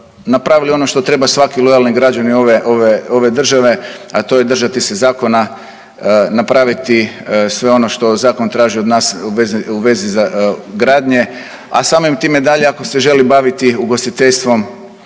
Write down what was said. napravili ono što treba svaki lojalni građani ove države a to je držati se zakona, napraviti sve ono što zakon traži od nas u vezi gradnje a samim time dalje ako se želi baviti ugostiteljstvom